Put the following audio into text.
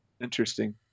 Interesting